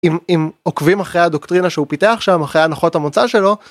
אם עוקבים אחרי הדוקטרינה שהוא פיתח שם אחרי הנחות המוצא שלו.